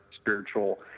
spiritual